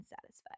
satisfied